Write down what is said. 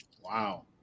Wow